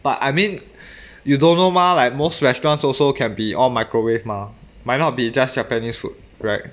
but I mean you don't know mah like most restaurants also can be all microwave mah might not be just japanese food right